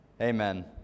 Amen